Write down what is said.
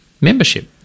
membership